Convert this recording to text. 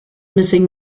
missing